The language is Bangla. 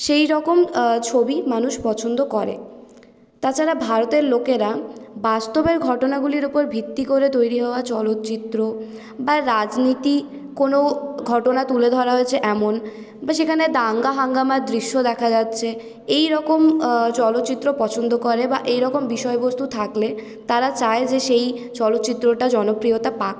সেইরকম ছবি মানুষ পছন্দ করে তাছাড়া ভারতের লোকেরা বাস্তবের ঘটনাগুলির উপর ভিত্তি করে তৈরি হওয়া চলচ্চিত্র বা রাজনীতি কোনো ঘটনা তুলে ধরা হয়েছে এমন বা সেখানে দাঙ্গা হাঙ্গামার দৃশ্য দেখা যাচ্ছে এইরকম চলচিত্র পছন্দ করে বা এইরকম বিষয়বস্তু থাকলে তারা চায় যে সেই চলচ্চিত্রটা জনপ্রিয়তা পাক